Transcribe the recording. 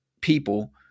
people